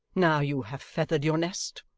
now you have feathered your nest?